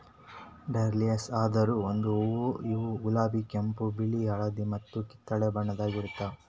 dahlias ಅಂದುರ್ ಒಂದು ಹೂವು ಇವು ಗುಲಾಬಿ, ಕೆಂಪು, ಬಿಳಿ, ಹಳದಿ ಮತ್ತ ಕಿತ್ತಳೆ ಬಣ್ಣದಾಗ್ ಇರ್ತಾವ್